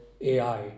AI